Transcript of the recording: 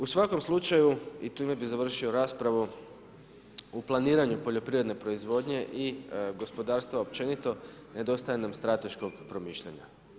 U svakom slučaju i time bih završio raspravu u planiranju poljoprivredne proizvodnje i gospodarstva općenito nedostaje nam strateškog promišljanja.